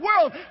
world